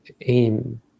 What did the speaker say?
aim